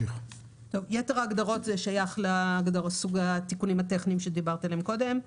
יתר ההגדרות שייכות לסוגי התיקונים הטכניים שדיברתי עליהם קודם.